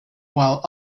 while